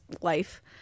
life